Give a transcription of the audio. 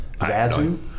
Zazu